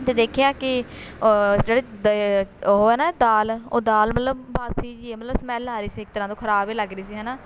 ਅਤੇ ਦੇਖਿਆ ਕਿ ਓ ਜਿਹੜੇ ਦੇ ਉਹ ਆ ਨਾ ਦਾਲ ਉਹ ਦਾਲ ਮਤਲਬ ਬਾਸੀ ਜਿਹੀ ਹੈ ਮਤਲਬ ਸਮੈਲ ਆ ਰਹੀ ਸੀ ਇੱਕ ਤਰ੍ਹਾਂ ਤੋਂ ਖਰਾਬ ਹੈ ਲੱਗ ਰਹੀ ਸੀ ਹੈ ਨਾ